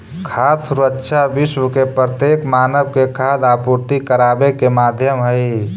खाद्य सुरक्षा विश्व के प्रत्येक मानव के खाद्य आपूर्ति कराबे के माध्यम हई